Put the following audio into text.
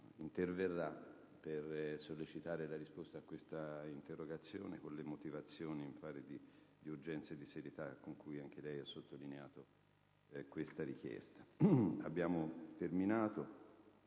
interverrà per sollecitare la risposta a questa interrogazione con le motivazioni di urgenza e di serietà con cui anche lei ha sottolineato tale richiesta. **Mozioni,